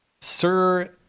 Sir